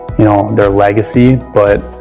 you know, their legacy. but,